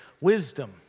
wisdom